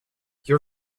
your